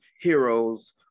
heroes